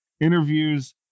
interviews